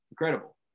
Incredible